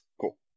Cool